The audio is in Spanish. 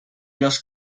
los